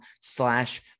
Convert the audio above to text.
slash